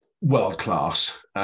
world-class